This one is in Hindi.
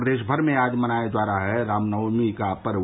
प्रदेश भर में आज मनाया जा रहा है रामनवमी का पर्व